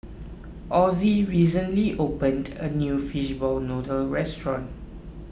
Osie recently opened a new Fishball Noodle restaurant